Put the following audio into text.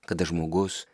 kada žmogus